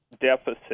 deficit